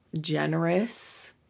generous